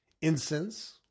incense